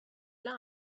they